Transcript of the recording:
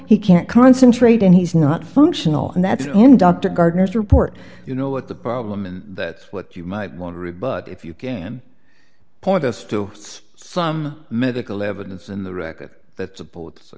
he can't concentrate and he's not functional and that's dr gardner's report you know what the problem and that's what you might want to read but if you can point us to some medical evidence in the record that support